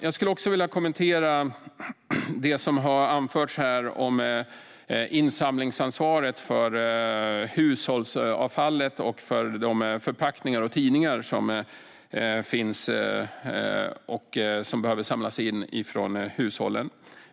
Jag skulle också vilja kommentera det som har anförts här om insamlingsansvaret för hushållsavfallet och för de förpackningar och tidningar som behöver samlas in från hushållen.